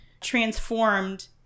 transformed